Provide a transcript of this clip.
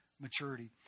maturity